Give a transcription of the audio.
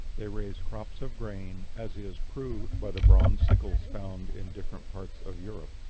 they raised crops of grain, as is proved by the bronze sickles found in different parts of europe.